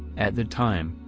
at the time,